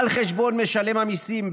על חשבון משלם המיסים,